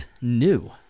new